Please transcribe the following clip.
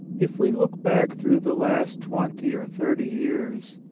if we look back through the last twenty or thirty years,